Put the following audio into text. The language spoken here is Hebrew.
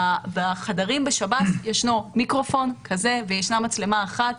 בחדרים בשב"ס יש מיקרופון כזה ויש מצלמה אחת,